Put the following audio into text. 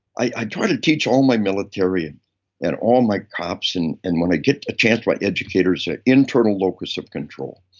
i try to teach all my military and and all my cops, and and when i get the chance, my educators, that internal locus of control